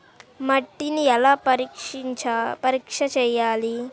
మట్టిని ఎలా పరీక్ష చేయాలి?